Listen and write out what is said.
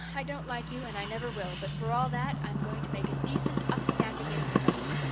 i don't like you and i never will but for all that i'm going to make a decent, upstanding infant of you.